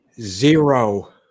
Zero